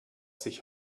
sich